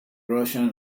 russian